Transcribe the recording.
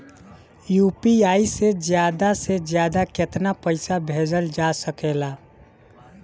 UPI से ज्यादा से ज्यादा केतना पईसा भेजल जा सकेला?